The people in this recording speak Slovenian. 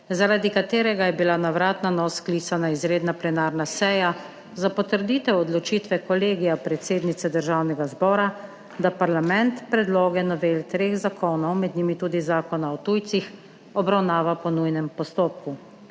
zaradi katerega je bila na vrat na nos sklicana izredna plenarna seja za potrditev odločitve Kolegija predsednice Državnega zbora, da parlament predloge novel treh zakonov, med njimi tudi Zakona o tujcih, obravnava po nujnem postopku.